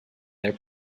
their